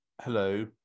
hello